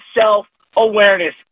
self-awareness